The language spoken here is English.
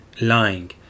lying